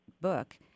book